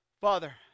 Father